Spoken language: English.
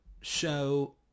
Show